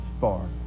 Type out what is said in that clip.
far